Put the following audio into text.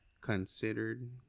considered